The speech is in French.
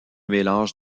mélange